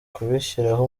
kubishyiraho